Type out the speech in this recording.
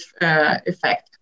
effect